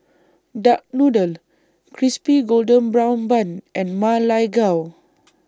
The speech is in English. Duck Noodle Crispy Golden Brown Bun and Ma Lai Gao